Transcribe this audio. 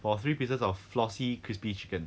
for three pieces of flossy crispy chicken